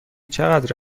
چقدر